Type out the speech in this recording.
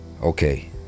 okay